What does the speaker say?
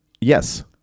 yes